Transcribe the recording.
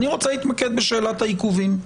אני רוצה להתמקד בשאלת העיכובים.